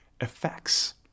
effects